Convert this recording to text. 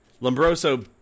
Lombroso